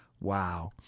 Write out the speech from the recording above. Wow